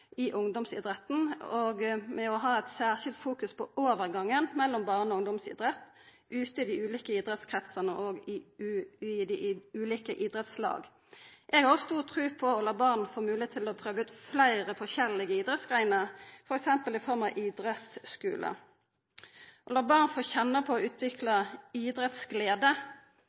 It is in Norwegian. i ungdomsidretten ved å ha eit særskilt fokus på overgangen mellom barne- og ungdomsidrett ute i dei ulike idrettskretsane og i ulike idrettslag. Eg har stor tru på å la barn få moglegheit til å prøva ut fleire forskjellige idrettsgreiner, f.eks. i form av idrettsskular. Det å la barn få kjenna på og utvikla idrettsglede,